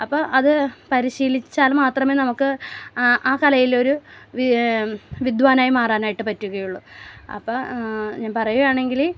അപ്പം അത് പരിശീലിച്ചാൽ മാത്രമേ നമുക്ക് ആ കലയിൽ ഒരു വിദ്വാനായി മാറാനായിട്ട് പറ്റുകയുള്ളു അപ്പോൾ ഞാൻ പറയുകയാണെങ്കിൽ